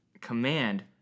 command